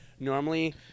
Normally